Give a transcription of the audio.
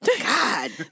God